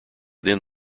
then